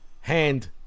Hand